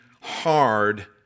hard